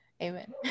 Amen